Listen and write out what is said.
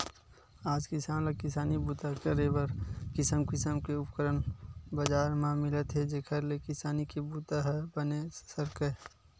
आज किसान ल किसानी बूता करे बर किसम किसम के उपकरन बजार म मिलत हे जेखर ले किसानी के बूता ह बने सरकय